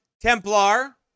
Templar